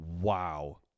Wow